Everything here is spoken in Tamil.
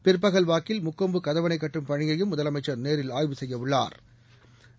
பிற்பகல் வாக்கில் முக்கொம்பு கதவணை கட்டும் பணியையும் முதலமைச்சள் நேரில் ஆய்வு செய்ய உள்ளா்